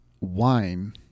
wine